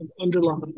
underlying